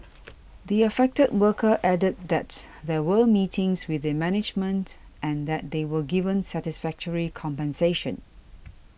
the affected worker added that's there were meetings with the managements and that they were given satisfactory compensation